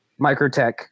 Microtech